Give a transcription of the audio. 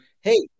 Hey